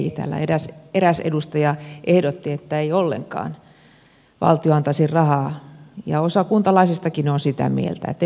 täällä eräs edustaja ehdotti että ei ollenkaan valtio antaisi rahaa ja osa kuntalaisistakin on sitä mieltä ettei ollenkaan rahaa